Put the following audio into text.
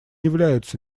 являются